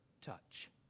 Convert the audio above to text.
touch